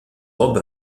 rob